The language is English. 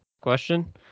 question